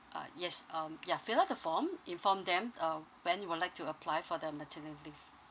ah yes um ya fill up the form inform them uh when you would like to apply for the maternity leave